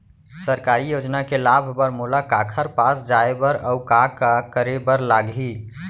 सरकारी योजना के लाभ बर मोला काखर पास जाए बर अऊ का का करे बर लागही?